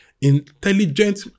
intelligent